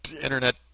internet